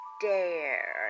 dare